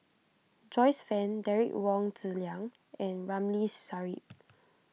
Joyce Fan Derek Wong Zi Liang and Ramli Sarip